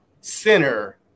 center